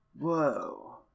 Whoa